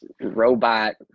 Robot